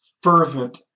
fervent